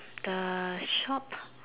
the shop